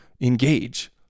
engage